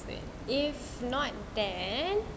if not then